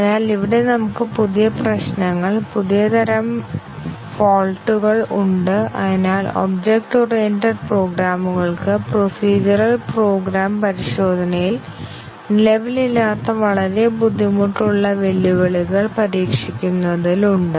അതിനാൽ ഇവിടെ നമുക്ക് പുതിയ പ്രശ്നങ്ങൾ പുതിയ തരം ഫോൾട്ട്കൾ ഉണ്ട് അതിനാൽ ഒബ്ജക്റ്റ് ഓറിയന്റഡ് പ്രോഗ്രാമുകൾക്ക് പ്രൊസീഡ്യൂറൽ പ്രോഗ്രാം പരിശോധനയിൽ നിലവിലില്ലാത്ത വളരെ ബുദ്ധിമുട്ടുള്ള വെല്ലുവിളികൾ പരീക്ഷിക്കുന്നതിൽ ഉണ്ട്